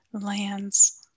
lands